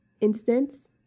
instance